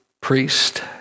priest